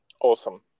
Awesome